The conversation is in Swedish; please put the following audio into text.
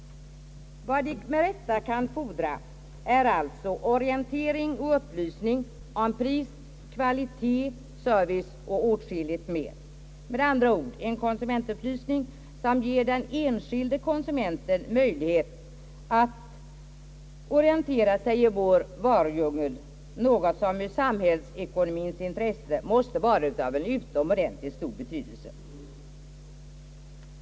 Vad de med rätta kan fordra är alltså orientering och upplysning om pris, kvalitet, service och åtskilligt mer, med andra ord: en konsumentupplysning som ger den enskilde konsumenten möjlighet att orientera sig i vår varudjungel, något som i samhällsekonomiens intresse måste vara av utomordentligt stor betydelse.